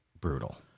brutal